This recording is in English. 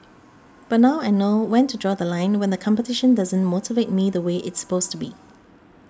but now I know when to draw The Line when the competition doesn't motivate me the way it's supposed be